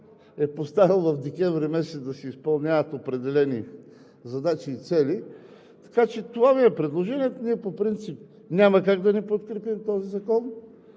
е поставил през декември да се изпълняват определени задачи и цели. Това ми е предложението. Ние по принцип няма как да не подкрепим този